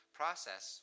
process